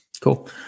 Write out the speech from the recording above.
Cool